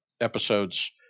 episodes